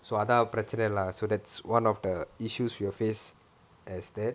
அதான் பிரச்சன:athaan pirachana lah so that's one of the issues we will face as that